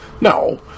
No